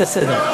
בסדר.